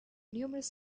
numerous